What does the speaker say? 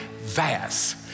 vast